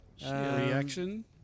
reaction